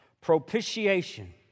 Propitiation